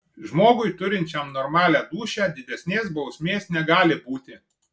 žmogui turinčiam normalią dūšią didesnės bausmės negali būti